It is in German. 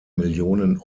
millionen